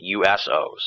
USOs